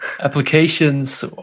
applications